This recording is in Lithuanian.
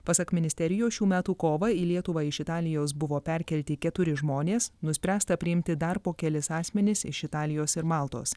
pasak ministerijos šių metų kovą į lietuvą iš italijos buvo perkelti keturi žmonės nuspręsta priimti dar po kelis asmenis iš italijos ir maltos